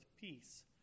peace